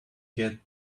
get